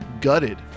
Gutted